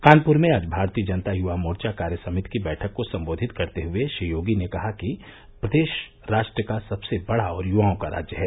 कानप्र में आज भारतीय जनता युवा मोर्चा कार्य समिति की बैठक को संबोधित करते हुए श्री योगी ने कहा कि प्रदेश राष्ट्र का सबसे बड़ा और युवाओं का राज्य है